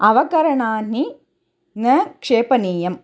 अवकरणानि न क्षेपनीयम्